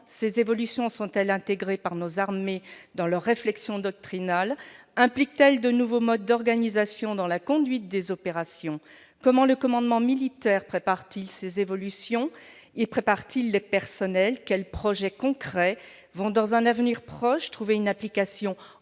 ces évolutions sont-elles intégrées par nos armées dans leur réflexion doctrinale ? Impliquent-elles de nouveaux modes d'organisation dans la conduite des opérations ? Comment le commandement militaire prépare-t-il ces évolutions et y prépare-t-il les personnels ? Quels projets concrets vont, dans un avenir proche, trouver une application